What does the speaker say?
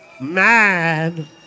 man